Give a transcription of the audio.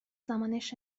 زمانش